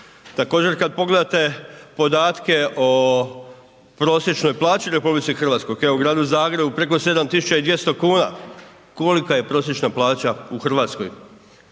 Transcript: Također kad pogledate podatke o prosječnoj plaći u RH koja je u gradu Zagrebu preko 7200 kuna. Kolika je prosječna plaća u Hrvatskoj?